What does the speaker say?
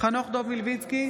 חנוך דב מלביצקי,